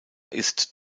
ist